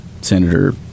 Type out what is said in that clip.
Senator